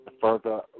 further